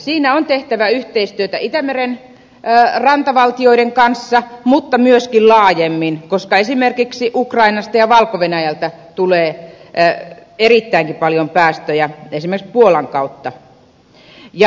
siinä on tehtävä yhteistyötä itämeren rantavaltioiden kanssa mutta myöskin laajemmin koska esimerkiksi ukrainasta ja valko venäjältä tulee erittäinkin paljon päästöjä esimerkiksi puolan kautta